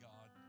God